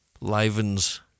livens